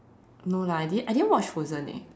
no lah I didn't I didn't watch frozen eh